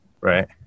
Right